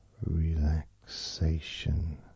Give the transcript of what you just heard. relaxation